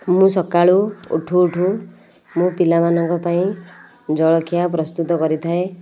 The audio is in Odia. ମୁଁ ସକାଳୁ ଉଠୁ ଉଠୁ ମୋ ପିଲାମାନଙ୍କ ପାଇଁ ଜଳଖିଆ ପ୍ରସ୍ତୁତ କରିଥାଏ